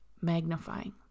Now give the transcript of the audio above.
magnifying